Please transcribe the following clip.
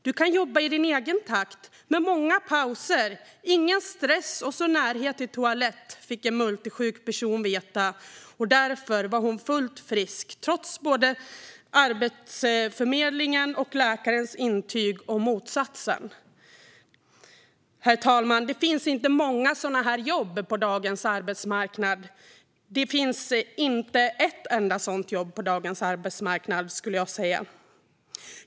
Du kan jobba i din egen takt med många pauser, ingen stress och närhet till toalett, fick en multisjuk person veta. Därför var hon fullt frisk, trots både Arbetsförmedlingens och läkarens intyg om motsatsen. Det finns inte många sådana jobb på dagens arbetsmarknad, herr talman. Det finns inte ett enda sådant jobb på dagens arbetsmarknad, skulle jag säga.